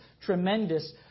tremendous